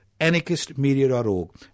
Anarchistmedia.org